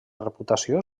reputació